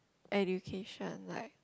education like